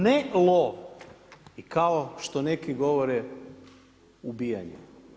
Ne lov i kao što neki govore, ubijanje.